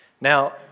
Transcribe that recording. Now